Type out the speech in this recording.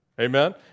Amen